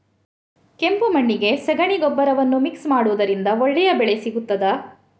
ಕೆಂಪು ಮಣ್ಣಿಗೆ ಸಗಣಿ ಗೊಬ್ಬರವನ್ನು ಮಿಕ್ಸ್ ಮಾಡುವುದರಿಂದ ಒಳ್ಳೆ ಬೆಳೆ ಸಿಗುತ್ತದಾ?